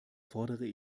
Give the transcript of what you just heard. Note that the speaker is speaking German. fordere